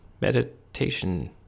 meditation